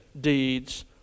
deeds